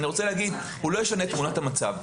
אני רוצה לומר שהוא לא ישנה את תמונת המצב.